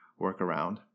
workaround